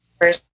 first